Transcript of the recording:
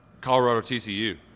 Colorado-TCU